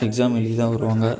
exam எழுதி தான் வருவாங்க